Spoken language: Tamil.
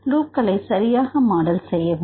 லூப்க்களை சரியாக மாடல் செய்யவும்